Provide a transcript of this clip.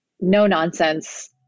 no-nonsense